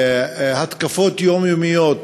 התקפות יומיומיות.